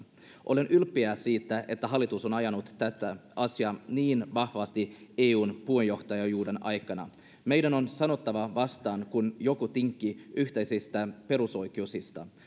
olen ylpeä siitä että hallitus on ajanut tätä asiaa niin vahvasti eun puheenjohtajuuden aikana meidän on sanottava vastaan kun joku tinkii yhteisistä perusoikeuksista